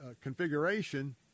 configuration